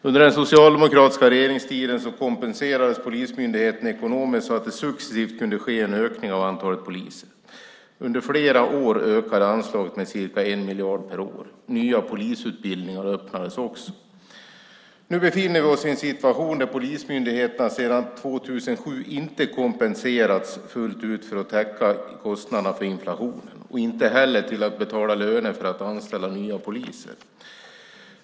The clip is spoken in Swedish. Under den socialdemokratiska regeringstiden kompenserades polismyndigheten ekonomiskt så att det successivt kunde ske en ökning av antalet poliser. Under flera år ökade anslaget med ca 1 miljard kronor per år. Nya polisutbildningar startade också. Nu befinner vi oss i en situation där polismyndigheterna sedan 2007 inte har kompenserats fullt ut för att täcka kostnaderna för inflationen och inte heller för att betala löner för att man ska kunna anställa nya poliser.